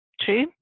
true